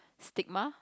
stigma